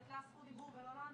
לתת לה זכות דיבור, ולא לנו.